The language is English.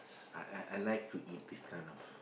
I I I like to eat this kind of